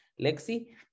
Lexi